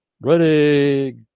ready